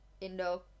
Indo